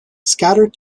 scattered